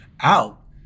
out